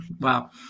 Wow